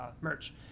merch